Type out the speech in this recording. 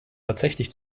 tatsächlich